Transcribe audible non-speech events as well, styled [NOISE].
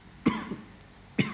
[BREATH]